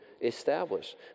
Established